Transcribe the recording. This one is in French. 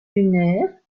lunaire